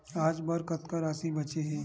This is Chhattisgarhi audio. आज बर कतका राशि बचे हे?